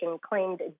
claimed